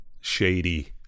shady